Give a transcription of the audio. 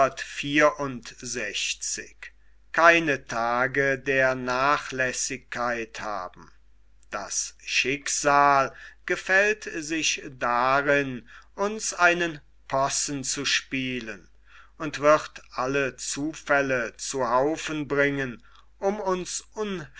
das schicksal gefällt sich darin uns einen possen zu spielen und wird alle zufälle zu haufen bringen um uns